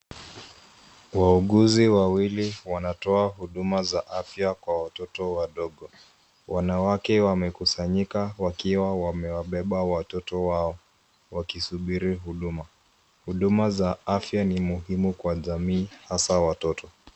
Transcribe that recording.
Wauguzi wawili wanatoa huduma za afya kwa watoto wadogo. Wanawake wamekusanyika wakiwa wamewabeba watoto wao, wakisubiri huduma. Huduma za afya ni muhimu kwa jamii, hasa watoto.